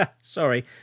sorry